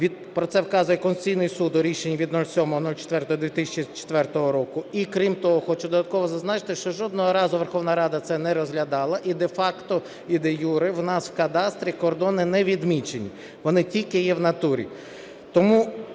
про це вказує Конституційний Суд у рішенні від 07.04.2004 року. І, крім того, хочу додатково зазначити, що жодного разу Верховна Рада це не розглядала, і де-факто, і де-юре у нас в кадастрі кордони не відмічені, вони тільки є в натурі.